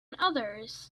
others